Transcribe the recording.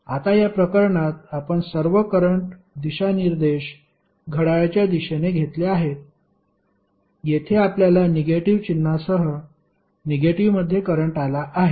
आता या प्रकरणात आपण सर्व करंट दिशानिर्देश घड्याळाच्या दिशेने घेतले आहेत येथे आपल्याला निगेटिव्ह चिन्हासह निगेटिव्हमध्ये करंट आला आहे